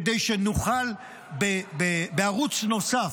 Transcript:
כדי שנוכל לפעול בערוץ נוסף,